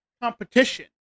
competition